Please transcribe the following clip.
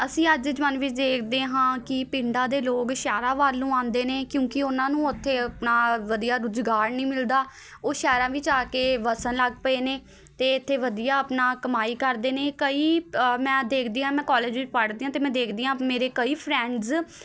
ਅਸੀਂ ਅੱਜ ਦੇ ਜ਼ਮਾਨੇ ਵਿੱਚ ਦੇਖਦੇ ਹਾਂ ਕਿ ਪਿੰਡਾਂ ਦੇ ਲੋਕ ਸ਼ਹਿਰਾਂ ਵੱਲ ਨੂੰ ਆਉਂਦੇ ਨੇ ਕਿਉਂਕਿ ਉਹਨਾਂ ਨੂੰ ਉੱਥੇ ਆਪਣਾ ਵਧੀਆ ਰੁਜ਼ਗਾਰ ਨਹੀਂ ਮਿਲਦਾ ਉਹ ਸ਼ਹਿਰਾਂ ਵਿੱਚ ਆ ਕੇ ਵਸਣ ਲੱਗ ਪਏ ਨੇ ਅਤੇ ਇੱਥੇ ਵਧੀਆ ਆਪਣਾ ਕਮਾਈ ਕਰਦੇ ਨੇ ਕਈ ਮੈਂ ਦੇਖਦੀ ਹਾਂ ਮੈਂ ਕਾਲਜ ਵਿੱਚ ਪੜ੍ਹਦੀ ਹਾਂ ਅਤੇ ਮੈਂ ਦੇਖਦੀ ਹਾਂ ਮੇਰੇ ਕਈ ਫਰੈਂਡਸ